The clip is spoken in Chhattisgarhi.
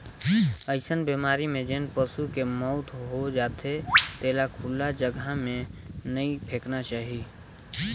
अइसन बेमारी में जेन पसू के मउत हो जाथे तेला खुल्ला जघा में नइ फेकना चाही